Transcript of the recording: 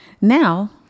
Now